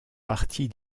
partie